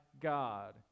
God